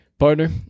Partner